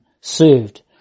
served